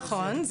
נכון.